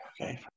Okay